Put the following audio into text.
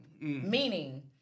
Meaning